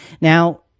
Now